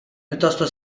piuttosto